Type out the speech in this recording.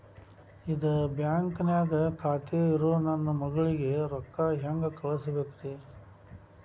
ಇದ ಬ್ಯಾಂಕ್ ನ್ಯಾಗ್ ಖಾತೆ ಇರೋ ನನ್ನ ಮಗಳಿಗೆ ರೊಕ್ಕ ಹೆಂಗ್ ಕಳಸಬೇಕ್ರಿ?